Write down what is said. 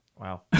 Wow